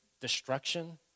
destruction